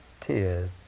tears